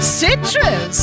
citrus